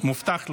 מובטח לכם.